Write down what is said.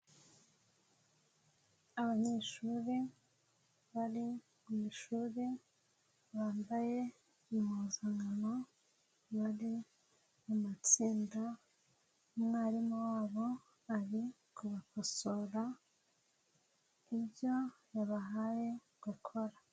Abanyeshuri bari mu ishuri bambaye impuzankano bari mu matsinda, umwarimu wabo ari kubakosora ibyo yabahaye gukora.